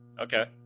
Okay